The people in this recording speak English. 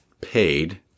paid